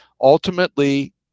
Ultimately